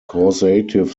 causative